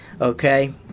Okay